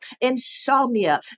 insomnia